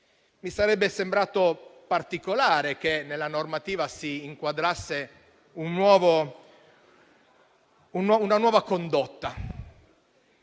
Mi sarebbe sembrato particolare che nella normativa si inquadrasse una nuova condotta,